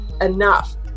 enough